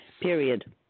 period